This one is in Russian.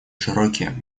широкие